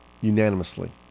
unanimously